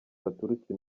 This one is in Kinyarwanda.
baturutse